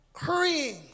Hurrying